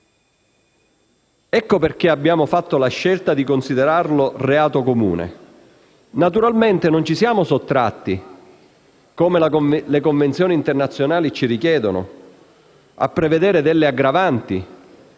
Ecco perché abbiamo fatto la scelta di considerarlo reato comune. Naturalmente non ci siamo sottratti, così come le convenzioni internazionali ci richiedono, a prevedere delle aggravanti